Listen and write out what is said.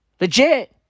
Legit